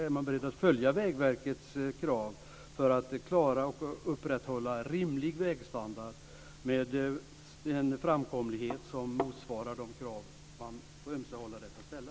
Är man beredd att tillmötesgå Vägverkets krav för att upprätthålla rimlig vägstandard med en framkomlighet som motsvarar de krav som man på ömse håll har rätt att ställa?